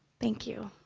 thank you.